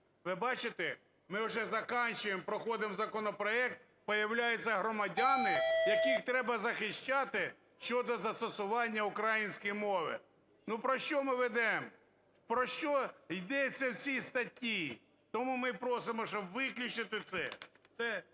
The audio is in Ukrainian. Ви бачите, ми вже закінчуємо проходити законопроект, появляються громадяни, яких треба захищати щодо застосування української мови. Ну про що ми ведемо? Про що йдеться в цій статті? Тому ми просимо, щоб виключити це.